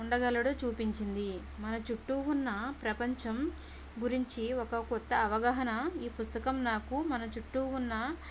ఉండగలడో చూపించింది మన చుట్టూ ఉన్న ప్రపంచం గురించి ఒక కొత్త అవగాహన ఈ పుస్తకం నాకు మన చుట్టూ ఉన్న